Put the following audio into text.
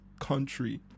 Country